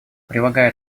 прилагая